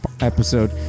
episode